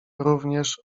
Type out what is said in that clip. również